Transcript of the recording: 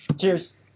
Cheers